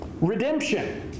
redemption